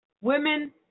Women